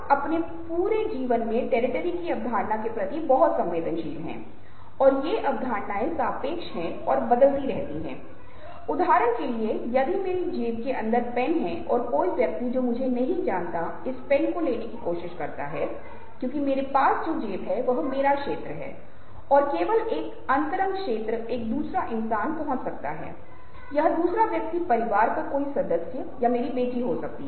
आश्चर्य एक भावना है जिसे कॉपी करना बहुत आसान है या वास्तव में आश्चर्यचकित महसूस किए बिना अनुकरण करना आसान है लेकिन समय का मुद्दा बहुत ही महत्वपूर्ण है क्योंकि आप देखते हैं कि आश्चर्य बहुत कम समय तक रहता है अभिव्यक्ति यह प्रकट होती है और तुरंत किसी और द्वारा बदल दी जाती है